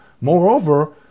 moreover